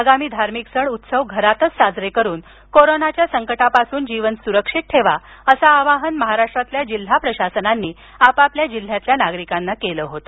आगामी धार्मिक सण उत्सव घरातच साजरे करून कोरोनाच्या संकटापासून जीवन सुरक्षित ठेवा असे आवाहन महाराष्ट्रातील जिल्हा प्रशासनांनी आपापल्या जिल्ह्यातील नागरिकांना केले होते